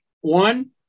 One